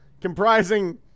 comprising